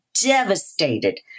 devastated